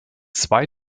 zwei